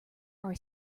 our